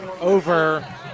over